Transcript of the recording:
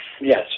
Yes